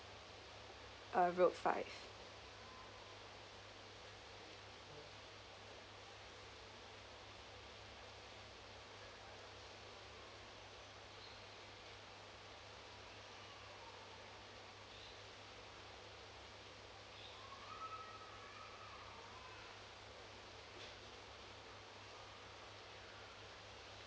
uh road five